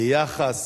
ביחס